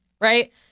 right